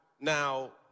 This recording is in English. now